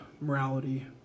morality